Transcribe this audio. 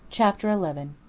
chapter eleven.